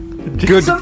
Good